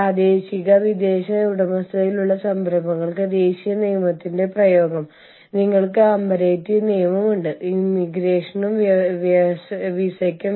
ലോകത്തിന്റെ വിവിധ ഭാഗങ്ങളിലുള്ള ജീവനക്കാരുമായി ഇടപഴകുന്നതിൽ ഹ്യൂമൻ റിസോഴ്സ് സ്റ്റാഫിന്റെ കഴിവുകൾ നിങ്ങൾ എങ്ങനെ വർദ്ധിപ്പിക്കും